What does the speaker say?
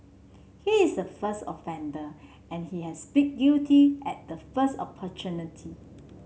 he is a first offender and he has plead guilty at the first opportunity